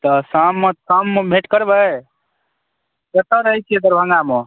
तऽ शाममे शाममे भेँट करबै कतय रहै छियै दरभंगामे